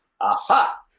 Aha